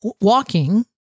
walking